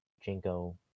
Jinko